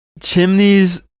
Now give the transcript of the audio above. Chimney's